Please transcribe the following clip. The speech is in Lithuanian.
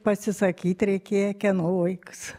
pasisakyt reikėjo kieno vaikas